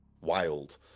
wild